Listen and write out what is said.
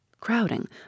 crowding